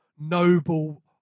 noble